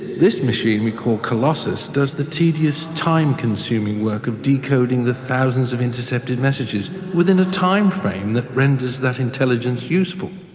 this machine we call colossus does the tedious, time consuming work of decoding the thousands of intercepted messages within a time frame that renders that intelligence useful.